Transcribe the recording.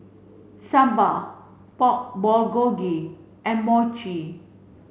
sambar Pork Bulgogi and Mochi